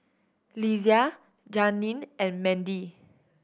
Lesia Janeen and Mandy